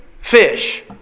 fish